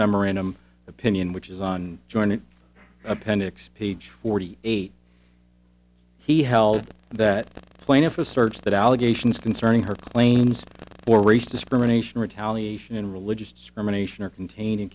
memorandum opinion which is on joining appendix page forty eight he held that the plaintiff asserts that allegations concerning her planes or race discrimination retaliation religious discrimination or containing